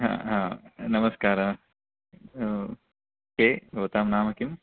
ह ह नमस्कारः ए भवतां नाम किम्